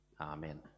amen